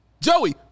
joey